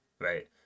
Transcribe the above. right